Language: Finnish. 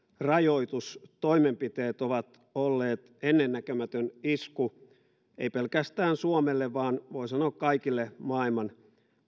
rajoitustoimenpiteet ovat olleet ennennäkemätön isku eivätkä pelkästään suomelle vaan voi sanoa kaikille maailman